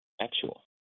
actual